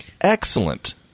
excellent